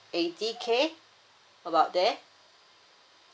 eighty K about there